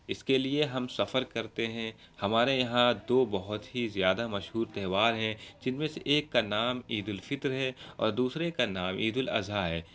اس کے لیے ہم سفر کرتے ہیں ہمارے یہاں دو بہت ہی زیادہ مشہور تہوار ہیں جن میں سے ایک کا نام عید الفطر ہے اور دوسرے کا نام عید الاضحیٰ ہے